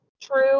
true